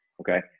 okay